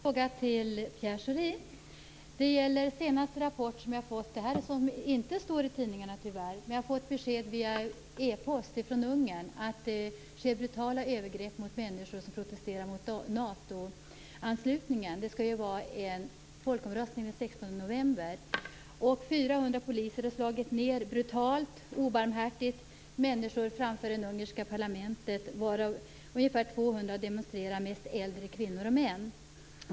Fru talman! Jag har en fråga till Pierre Schori. Det gäller en rapport som inte står i tidningarna, tyvärr. Men jag har via e-post fått besked från Ungern om att det sker brutala övergrepp mot människor som protesterar mot NATO-anslutningen inför en folkomröstning den 16 november. 400 poliser har brutalt och obarmhärtigt slagit ned människor framför det ungerska parlamentet. Av de ungefär 200 demonstranterna är de flesta äldre kvinnor och män.